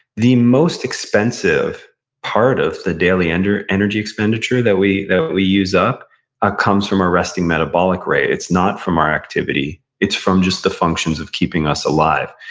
the most expensive part of the daily and energy expenditure that we we use up ah comes from our resting metabolic rate, it's not from our activity, it's from just the functions of keeping us alive.